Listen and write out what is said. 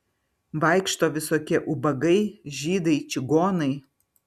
vaikšto visokie ubagai žydai čigonai